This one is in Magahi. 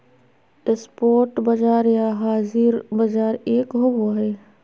स्पोट बाजार या हाज़िर बाजार एक होबो हइ